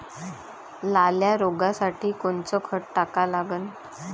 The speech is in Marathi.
लाल्या रोगासाठी कोनचं खत टाका लागन?